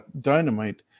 Dynamite